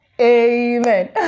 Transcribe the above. Amen